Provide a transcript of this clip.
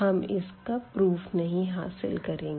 हम इसका प्रमाण नहीं हासिल करेंगे